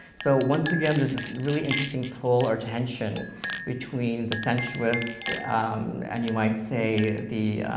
so once again, there's this really interesting pull or tension between the sensuous and you might say the